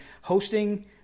Hosting